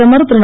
பிரதமர் திரு